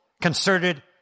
concerted